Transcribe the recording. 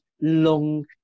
long